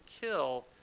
kill